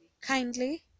Kindly